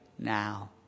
now